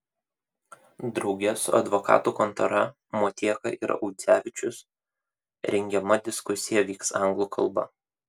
drauge su advokatų kontora motieka ir audzevičius rengiama diskusija vyks anglų kalba